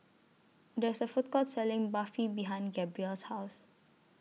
There IS A Food Court Selling Barfi behind Gabrielle's House